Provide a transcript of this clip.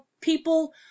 people